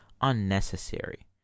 unnecessary